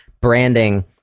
branding